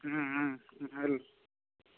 వెళ్ళు